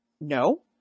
No